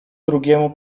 drugiemu